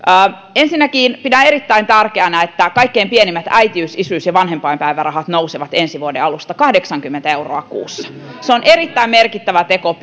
ensinnäkin pidän erittäin tärkeänä että kaikkein pienimmät äitiys isyys ja vanhempainpäivärahat nousevat ensi vuoden alusta kahdeksankymmentä euroa kuussa se on erittäin merkittävä teko